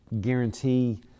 guarantee